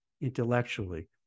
intellectually